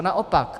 Naopak!